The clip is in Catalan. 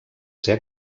ser